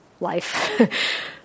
life